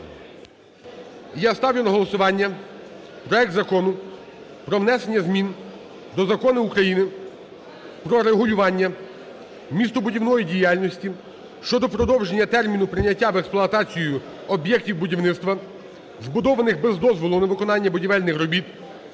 Я ставлю на голосування проект Закону про внесення змін до Закону України "Про регулювання містобудівної діяльності" щодо продовження терміну прийняття в експлуатацію об'єктів будівництва, збудованих без дозволу на виконання будівельних робіт